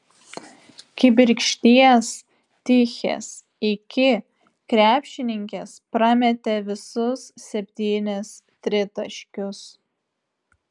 kibirkšties tichės iki krepšininkės prametė visus septynis tritaškius